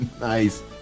Nice